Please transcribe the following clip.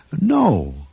No